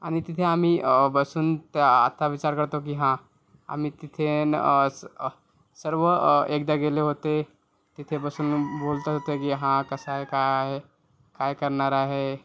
आणि तिथे आम्ही बसून आत्ता विचार करतो की हां आम्ही तिथे असं सर्व एकदा गेले होते तिथे बसून बोलता होते की हा कसे आहे काय आहे काय करणार आहे